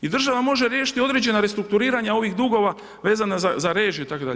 I država može riješiti određena restrukturiranja ovih dugova vezano za režije itd.